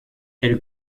elle